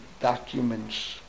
documents